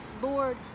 Lord